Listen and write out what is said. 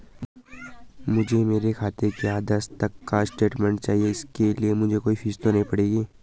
मुझे मेरे खाते का दस तक का स्टेटमेंट चाहिए इसके लिए मुझे कोई फीस तो नहीं पड़ेगी?